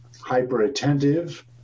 hyper-attentive